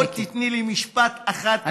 עוד תיתני לי משפט אחד, ממש,